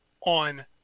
on